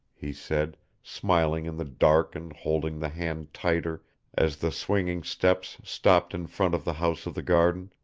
he said, smiling in the dark and holding the hand tighter as the swinging steps stopped in front of the house of the garden.